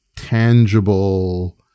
Tangible